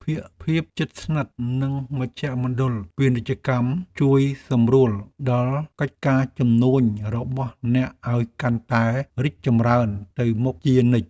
ភាពជិតស្និទ្ធនឹងមជ្ឈមណ្ឌលពាណិជ្ជកម្មជួយសម្រួលដល់កិច្ចការជំនួញរបស់អ្នកឱ្យកាន់តែរីកចម្រើនទៅមុខជានិច្ច។